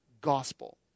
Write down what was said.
gospel